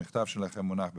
המכתב שלכם מונח בפנינו,